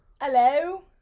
Hello